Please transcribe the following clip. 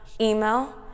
email